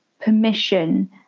permission